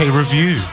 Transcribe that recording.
review